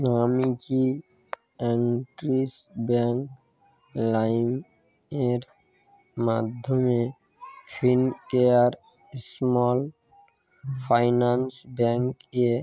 আমি কি Axis bank লাইমের মাধ্যমে ফিনকেয়ার স্মল ফাইন্যান্স ব্যাঙ্কে